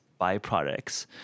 byproducts